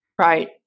Right